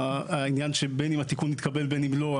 העניין שבין אם התיקון יתקבל ובין אם לא,